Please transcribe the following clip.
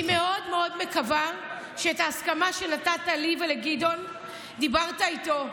אני מקווה מאוד מאוד שההסכמה שנתת לי ולגדעון היא אחרי שדיברת איתו,